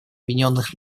объединенных